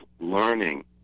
learning